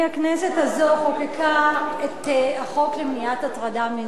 הכנסת הזאת חוקקה את החוק למניעת הטרדה מינית.